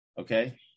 okay